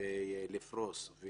ולעשות פריסה.